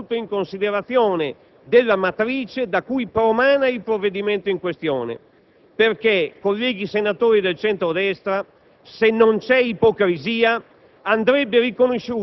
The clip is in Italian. ma anche, e soprattutto, in considerazione della matrice da cui promana il provvedimento in questione. Perché, colleghi senatori del centro-destra, se non c'è ipocrisia,